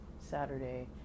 saturday